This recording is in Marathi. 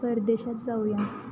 परदेशात जाऊया